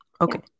okay